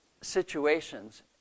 situations